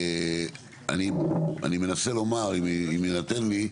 אני מנסה לומר, אם יינתן לי,